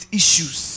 issues